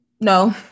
no